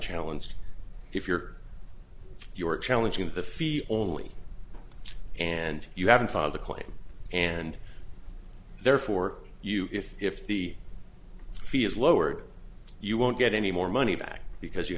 challenge if you're you're challenging the fee only and you haven't found the claim and therefore you if if the fee is lowered you won't get any more money back because you